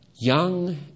young